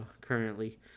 currently